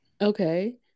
okay